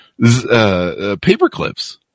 paperclips